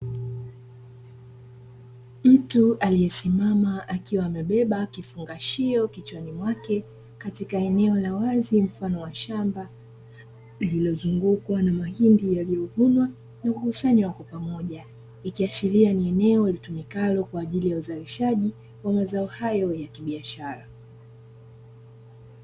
Mtu aliesimama akiwa amebeba kifungashio kichwani mwake katika eneo la wazi mfano wa shamba, lililozungukwa na mahindi yaliyovunwa na kukusanywa kwa pamoja ikiashiria ni eneo litumikalo kwa ajili ya uzalishaji wa mazao hayo ya kibiashara.